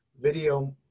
video